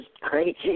crazy